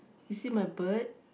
you see my bird